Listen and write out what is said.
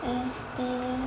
aesthe~